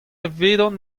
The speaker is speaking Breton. evidon